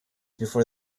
before